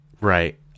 Right